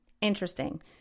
Interesting